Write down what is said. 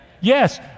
Yes